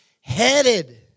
headed